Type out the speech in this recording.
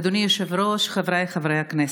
אדוני היושב-ראש, חבריי חברי הכנסת,